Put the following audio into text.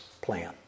plan